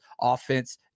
offense